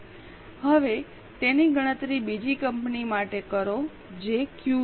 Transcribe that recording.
હવે તેની ગણતરી બીજી કંપની માટે કરો જે Q છે